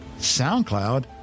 SoundCloud